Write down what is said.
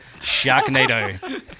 Sharknado